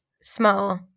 small